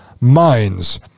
minds